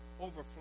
overflow